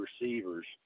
receivers